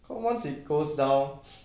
cause once it goes down